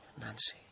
Nancy